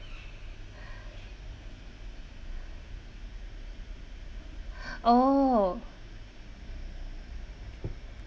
oh